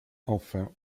enfin